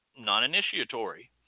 non-initiatory